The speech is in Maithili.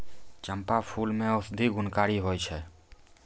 चंपा फूल मे औषधि गुणकारी होय छै